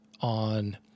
on –